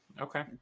Okay